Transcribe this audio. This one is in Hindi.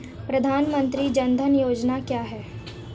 प्रधानमंत्री जन धन योजना क्या है?